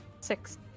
six